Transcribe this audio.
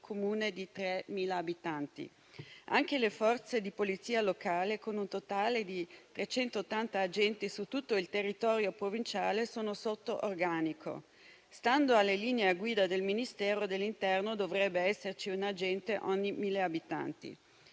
Comune di 3.000 abitanti. Anche le Forze di polizia locale, con un totale di 380 agenti su tutto il territorio provinciale, sono sotto organico: stando alle linee guida del Ministero dell'interno, infatti, dovrebbe esserci un agente ogni 1.000 abitanti.